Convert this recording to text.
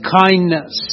kindness